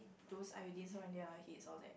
those iodines on their heads all that